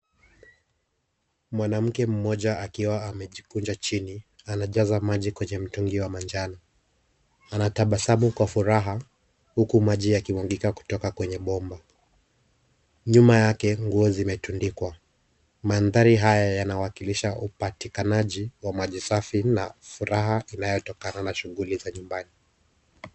Mwanamke mmoja akiwa amejikunja chini, anajaza maji kwenye mtungi wa manjano. Anatabasamu kwa furaha huku maji yakimwagika kutoka kwenye bomba. Nyuma yake nguo zimetundikwa. Mandhari haya yanawakilisha upatikanaji wa maji safi na furaha inayotokana na shughuli za nyumbani.